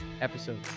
episode